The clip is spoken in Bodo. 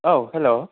औ हेल'